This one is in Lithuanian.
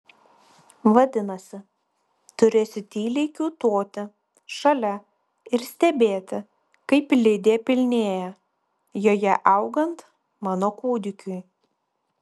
vadinasi turėsiu tyliai kiūtoti šalia ir stebėti kaip lidė pilnėja joje augant mano kūdikiui